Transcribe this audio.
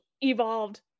evolved